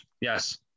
Yes